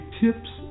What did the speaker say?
tips